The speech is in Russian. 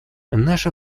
наша